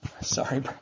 Sorry